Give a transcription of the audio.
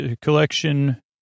collection